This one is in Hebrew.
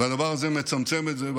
והדבר הזה מצמצם את זה,